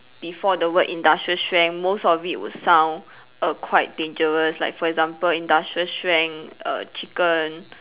before the work industrial strength most of it will sound err quite dangerous like for example industrial strength err chicken